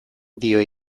dio